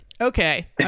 Okay